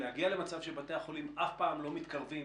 להגיע למצב שבתי החולים אף פעם לא מתקרבים